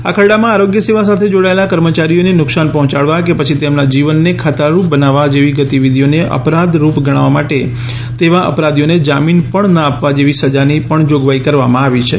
આ ખરડામાં આરોગ્ય સેવા સાથે જોડાયેલા કર્મચારીઓને નુકશાન પહોંચાડવા કે પછી તેમના જીવનને ખતરારૂપ બનાવવા જેવી ગતિવિધિઓને અપરાધરૂપ ગણવા અને તેવા અપરાધીઓને જામીન પણ ન આપવા જેવી સજાની પણ જોગવાઇ કરવામાં આવી છે